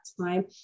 time